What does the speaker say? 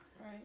Right